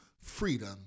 freedom